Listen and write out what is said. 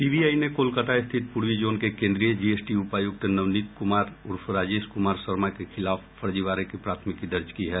CBI ने कोलकाता स्थित पूर्वी जोन के केन्द्रीय जीएसटी उपायुक्त नवनीत कुमार उर्फ राजेश कुमार शर्मा के खिलाफ फर्जीवाड़े की प्राथमिकी दर्ज की है